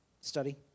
study